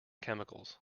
chemicals